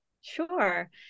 Sure